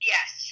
Yes